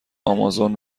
آمازون